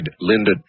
Linda